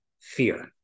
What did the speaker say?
fear